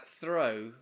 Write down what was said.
throw